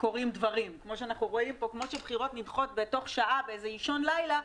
כמו שבחירות נדחות תוך שעה באישון לילה,